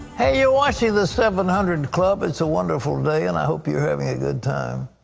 hey, you're watching the seven hundred club. it's a wonderful day and i hope you're having a good time.